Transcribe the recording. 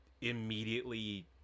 immediately